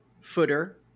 Footer